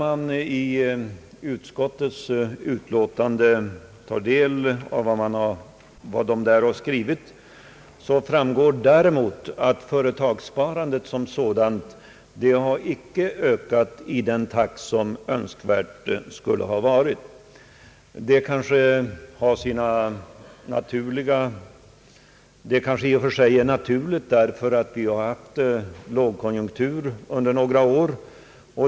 Av utskottets skrivning framgår däremot att företagssparandet som sådant icke har ökat i den takt som skulle ha varit önskvärd. Det kanske i och för sig är naturligt, eftersom vi har haft lågkonjunktur under några år.